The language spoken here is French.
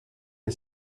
est